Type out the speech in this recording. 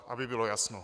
Aby bylo jasno.